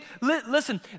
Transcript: listen